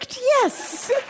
Yes